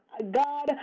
God